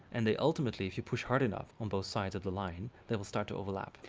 and they ultimately, if you push hard enough on both sides of the line, they will start to overlap.